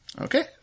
Okay